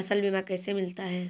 फसल बीमा कैसे मिलता है?